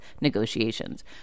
negotiations